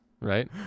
Right